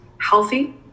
healthy